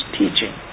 teaching